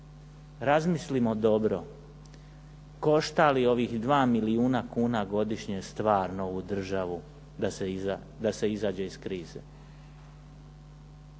Razmislimo dobro košta li ovih 2 milijuna kuna godišnje stvarno ovu državu da se izađe iz krize?